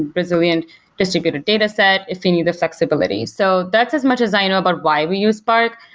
resilient distributed dataset if we need the flexibility. so that's as much as i know about why we use spark,